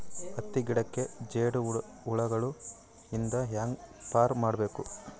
ಹತ್ತಿ ಗಿಡಕ್ಕೆ ಜೇಡ ಹುಳಗಳು ಇಂದ ಹ್ಯಾಂಗ್ ಪಾರ್ ಮಾಡಬೇಕು?